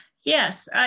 Yes